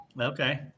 Okay